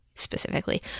specifically